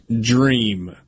dream